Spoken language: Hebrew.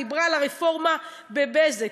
דיברה על הרפורמה ב"בזק".